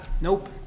Nope